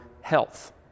health